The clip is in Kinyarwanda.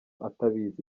atabizi